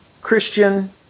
Christian